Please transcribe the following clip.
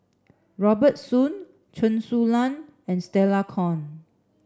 Robert Soon Chen Su Lan and Stella Kon